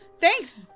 Thanks